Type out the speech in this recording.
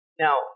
now